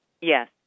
Yes